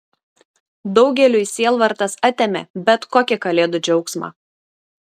daugeliui sielvartas atėmė bet kokį kalėdų džiaugsmą